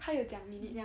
她有讲 minute